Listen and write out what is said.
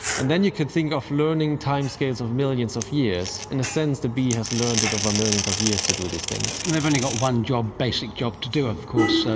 and then you can think of learning timescales of millions of years. in a sense the bee has learnt it over millions of years, to do these things. and they've only got one basic job to do of course, so